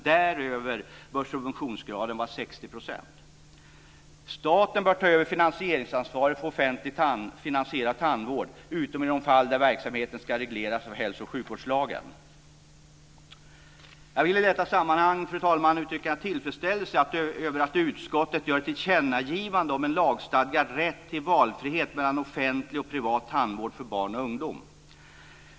Däröver bör subventionsgraden vara 60 %. Staten bör ta över finansieringsansvaret för offentligt finansierad tandvård utom i de fall där verksamheten ska regleras av hälso och sjukvårdslagen. Jag vill i detta sammanhang, fru talman, uttrycka tillfredsställelse över att utskottet gör ett tillkännagivande om en lagstadgad rätt till valfrihet mellan offentlig och privat tandvård för barn och ungdom.